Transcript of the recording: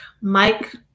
Mike